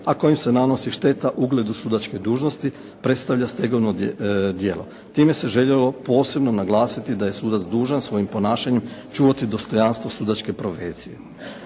a kojim se nanosi šteta ugledu sudačke dužnosti predstavlja stegovno djelo. Time se željelo posebno naglasiti da je sudac dužan svojim ponašanjem čuvati dostojanstvo sudačke profesije.